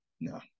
no